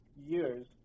years